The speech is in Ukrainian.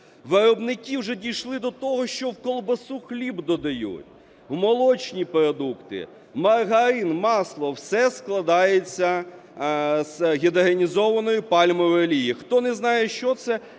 Виробники вже дійшли до того, що в ковбасу, в хліб додають, в молочні продукти. Маргарин, масло – все складається з гідрогенізованої пальмової олії. Хто не знає, що це,